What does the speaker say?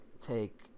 take